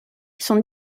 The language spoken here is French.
sont